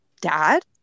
dad